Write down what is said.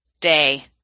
day